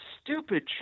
stupid